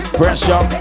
pressure